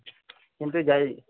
কিন্তু যাই